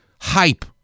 hype